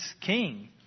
king